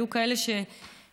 היו כאלה שהתלוננו,